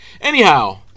Anyhow